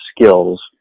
skills